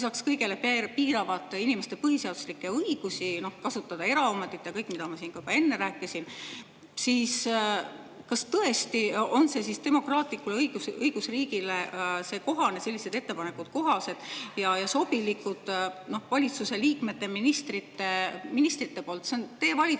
kõigele piiravad inimeste põhiseaduslikke õigusi kasutada eraomandit ja veel kõik [muu], mida ma siin ka enne rääkisin. Kas tõesti on demokraatlikule õigusriigile sellised ettepanekud kohased ja sobilikud valitsuse liikmete, ministrite poolt? Teie valitsuse